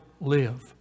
live